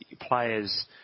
players